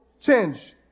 change